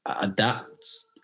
adapt